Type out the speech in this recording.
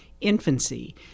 infancy